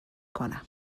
کنم